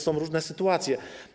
Są różne sytuacje.